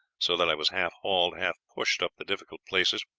so that i was half hauled, half pushed up the difficult places,